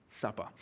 Supper